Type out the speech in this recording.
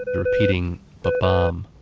repeating but babum,